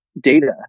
data